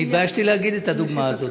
אני התביישתי להגיד את הדוגמה הזאת,